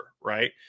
Right